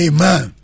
Amen